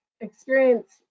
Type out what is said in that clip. experience